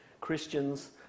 Christians